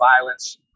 violence